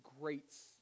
greats